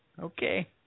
Okay